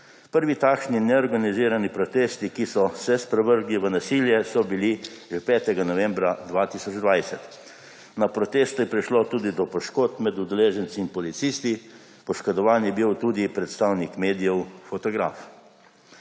Prvi takšni neorganizirani protesti, ki so se sprevrgli v nasilje, so bili že 5. novembra 2020. Na protestu je prišlo tudi do poškodb med udeleženci in policisti, poškodovan je bil tudi predstavnik medijev, fotograf.